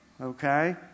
Okay